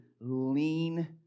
lean